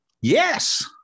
Yes